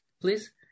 please